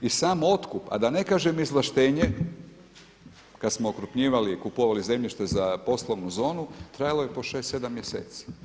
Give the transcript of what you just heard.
I sam otkup, a da ne kažem izvlaštenje kada smo okrupnjivali i kupovali zemljište za poslovnu zonu trajalo je po 5, 6 mjeseci.